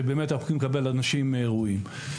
שאנחנו הולכים לקבל אנשים ראויים.